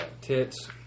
Tits